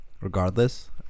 regardless